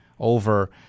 over